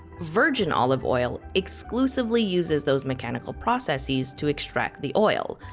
virgin olive oil exclusively uses those mechanical processes to extract the oil,